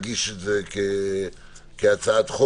היועץ המשפטי של האגודה לזכויות האזרח,